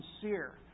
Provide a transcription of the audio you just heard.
sincere